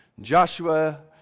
Joshua